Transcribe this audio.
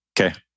Okay